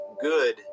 good